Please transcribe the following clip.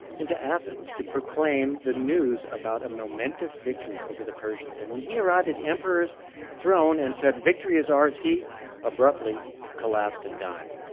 into athens to proclaim the news about a momentous victory over the persians. and when he arrived at the emperor's throne and said, victory is ours, he abruptly collapsed and died.